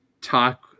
talk